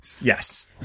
Yes